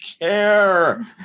care